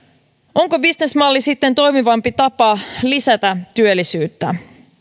onko bisnesmalli sitten toimivampi tapa lisätä työllisyyttä